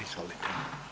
Izvolite.